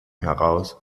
heraus